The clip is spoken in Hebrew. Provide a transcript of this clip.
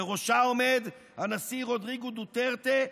שבראשה עומד הנשיא רודריגו דוטרטה,